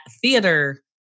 theater